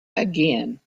again